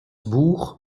buch